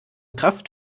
kraft